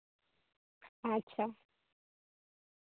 ᱟᱪᱪᱷᱟ